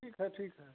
ठीक है ठीक है